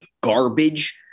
garbage